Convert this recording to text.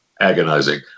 agonizing